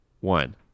one